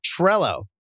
Trello